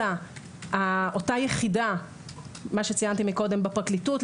אלא אותה יחידה שציינתי קודם בפרקליטות,